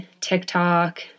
TikTok